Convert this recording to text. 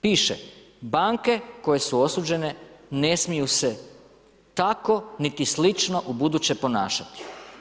Piše: banke koje su osuđene ne smiju se tako niti slično u buduće ponašati.